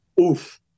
Oof